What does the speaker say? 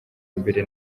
mbere